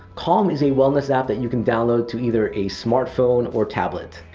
calm is a wellness app that you can download to either a smartphone or tablet.